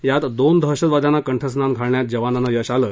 यात दोन दहशतवाद्यांना कठस्नान घालण्यात जवानांना यश आले